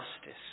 justice